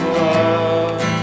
love